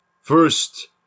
First